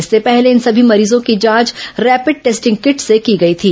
इससे पहले इन सभी मरीजों की जांच रैपिड टेस्टिंग किट से की गई थी